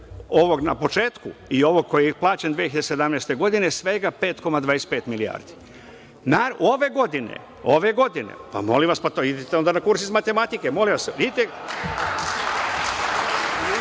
ovog na početku i ovog koji je plaćen 2017. godine je svega 5,25 milijardi. Ove godine, molim vas, idite na kurs iz matematike, idemo